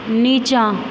नीचाँ